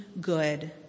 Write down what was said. good